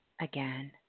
again